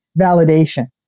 validation